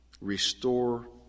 Restore